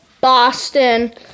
Boston